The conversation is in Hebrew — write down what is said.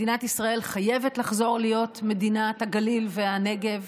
מדינת ישראל חייבת לחזור להיות מדינת הגליל והנגב.